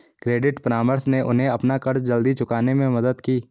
credit परामर्श ने उन्हें अपना कर्ज जल्दी चुकाने में मदद की